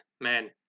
man